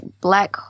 black